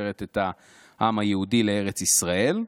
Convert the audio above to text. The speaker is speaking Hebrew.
שקושרת את העם היהודי לארץ ישראל,